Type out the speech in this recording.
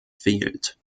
fehlt